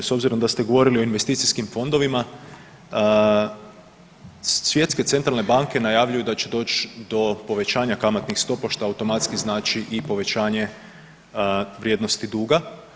S obzirom da ste govorili o investicijskim fondovima, svjetske centralne banke najavljuju da će doći do povećanja kamatnih stopa, što automatski znači i povećanje vrijednosti duga.